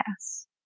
yes